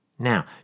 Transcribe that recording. Now